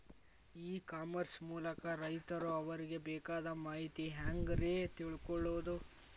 E commerce ಮೂಲಕ ರೈತರು ಅವರಿಗೆ ಬೇಕಾದ ಮಾಹಿತಿ ಹ್ಯಾಂಗ ರೇ ತಿಳ್ಕೊಳೋದು?